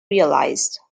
realised